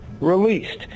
released